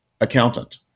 Accountant